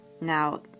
Now